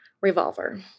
Revolver